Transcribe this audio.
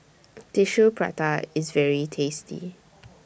Tissue Prata IS very tasty